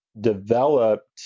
developed